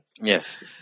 Yes